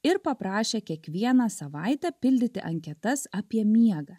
ir paprašė kiekvieną savaitę pildyti anketas apie miegą